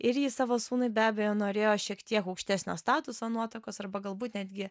ir jis savo sūnui be abejo norėjo šiek tiek aukštesnio statuso nuotakos arba galbūt netgi